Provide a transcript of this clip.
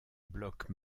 block